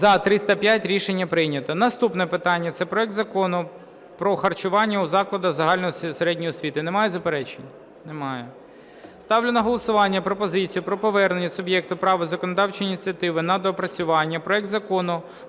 За-305 Рішення прийнято. Наступне питання – це проект Закону про харчування у закладах загальної середньої освіти. Немає заперечень? Немає. Ставлю на голосування пропозицію про повернення суб'єкту права законодавчої ініціативи на доопрацювання проект Закону